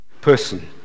person